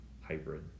hybrid